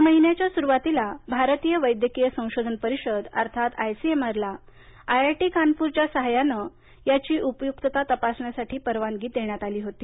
या महिन्याच्या सुरुवातीला भारतीय वैद्यकीय संशोधन परिषद अर्थात आयसीएमआरला आयआयटी कानपूरच्या सहायानं याची उपयुक्तता तपासण्यासाठी परवानगी देण्यात आली होती